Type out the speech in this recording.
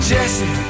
Jesse